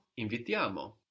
Invitiamo